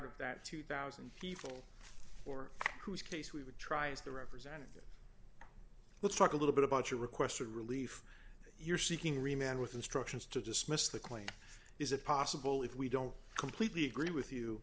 of that two thousand people or whose case we would try as the representative let's talk a little bit about your request of relief you're seeking remain with instructions to dismiss the claim is it possible if we don't completely agree with you